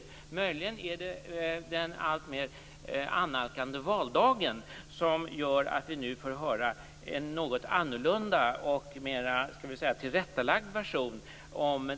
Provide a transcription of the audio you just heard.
Möjligen är det den annalkande valdagen som gör att vi nu får höra en något annorlunda och mer tillrättalagd version.